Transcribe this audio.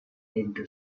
into